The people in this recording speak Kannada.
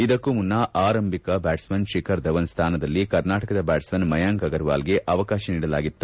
ಇದಕ್ಕೂ ಮುನ್ನ ಆರಂಭಿಕ ಬ್ಯಾಟ್ಸ್ಮನ್ ಶಿಖರ್ ಧವನ್ ಸ್ವಾನದಲ್ಲಿ ಕರ್ನಾಟಕದ ಬ್ಯಾಟ್ಸ್ಮನ್ ಮಾಯಾಂಕ ಅಗರ್ವಾಲ್ಗೆ ಅವಕಾಶ ನೀಡಲಾಗಿತ್ತು